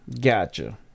Gotcha